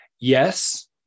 Yes